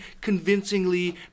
convincingly